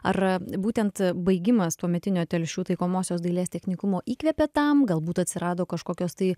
ar a būtent baigimas tuometinio telšių taikomosios dailės technikumo įkvėpė tam galbūt atsirado kažkokios tai